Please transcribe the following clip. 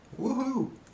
Woohoo